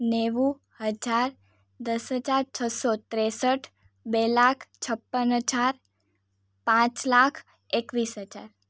નેવું હજાર દસ હજાર છસો ત્રેસઠ બે લાખ છપ્પન હજાર પાંચ લાખ એકવીસ હજાર